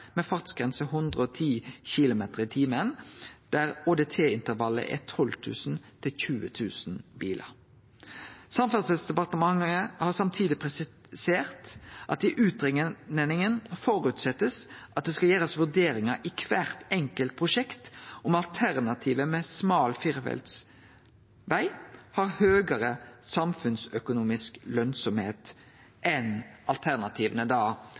med fartsgrense 110 km/t der ÅDT-intervallet er 12 000–20 000 bilar. Samferdselsdepartementet har samtidig presisert at det i utgreiinga er føresett at det skal gjerast vurderingar i kvart enkelt prosjekt om alternativet med smal firefeltsveg har høgare samfunnsøkonomisk lønsemd enn alternativa